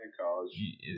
college